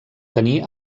tenir